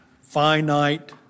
finite